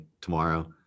tomorrow